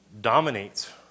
dominates